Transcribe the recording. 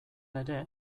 ere